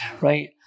right